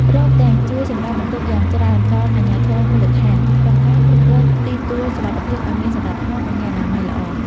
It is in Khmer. ព្រមទាំងជួយសម្រាលបន្ទុកយ៉ាងច្រើនដល់អាជ្ញាធរមូលដ្ឋាន ក្នុងការគ្រប់គ្រងទីទួលសុវត្ថិភាពឱ្យមានសណ្ដាប់ធ្នាប់ និងមានអនាម័យល្អ។